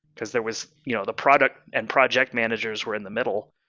because there was you know the product and project managers were in the middle.